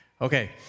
Okay